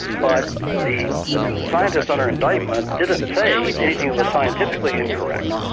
but the scientists under indictment didn't say anything that was scientifically incorrect,